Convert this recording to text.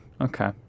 Okay